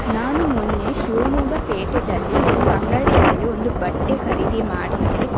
ನಾನು ಮೊನ್ನೆ ಶಿವಮೊಗ್ಗ ಪೇಟೆಯಲ್ಲಿ ಒಂದು ಅಂಗಡಿಯಲ್ಲಿ ಒಂದು ಬಟ್ಟೆ ಖರೀದಿ ಮಾಡಿದೆ